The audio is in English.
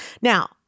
Now